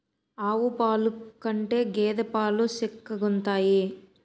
ఆవు పాలు కంటే గేద పాలు సిక్కగుంతాయి